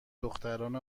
دختران